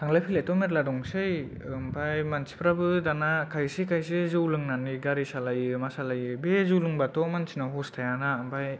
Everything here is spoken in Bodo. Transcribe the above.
थांलाय फैलाय थ' मेरला दंसै आमफाय मानसि फोरा बो दाना खायसे खायसे जौ लोंनानै गारि सालायो मा सालायो बे जौ लोंबाथ' मानसिना हस थाया ना आमफाय